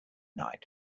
night